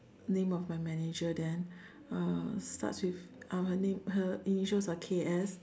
name of my manager then uh starts with uh her name her initials are K_S